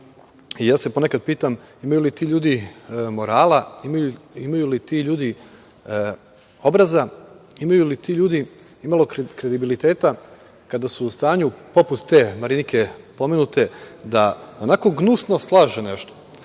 se pitam – imaju li ti ljudi morala, imaju li ti ljudi obraza, imaju li ti ljudi imalo kredibiliteta kada su u stanju, poput te Marinike pomenute, da onako gnusno slaže nešto,